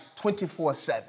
24-7